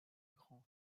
grand